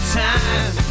time